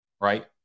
Right